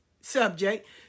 subject